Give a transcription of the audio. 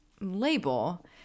label